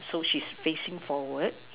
so she's facing forward